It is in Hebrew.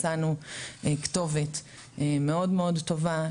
מצאנו כתובת מאוד מאוד טובה.